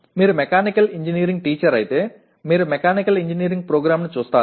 మీరు mechanical engineering teacher అయితే మీరు మెకానికల్ ఇంజనీరింగ్ ప్రోగ్రామ్ను చూస్తారు